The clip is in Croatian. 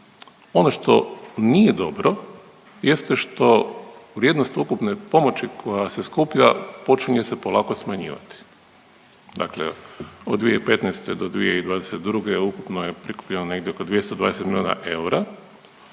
Ono što nije dobro jeste što vrijednost ukupne pomoći koja se skuplja, počinje se polako smanjivati. Dakle od 2015. do 2022. ukupne prikupljeno negdje oko 220 milijuna eura,